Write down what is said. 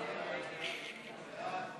הצעת ועדת